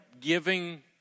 giving